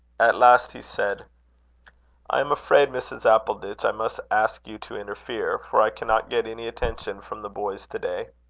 at last he said i am afraid, mrs. appleditch, i must ask you to interfere, for i cannot get any attention from the boys to-day.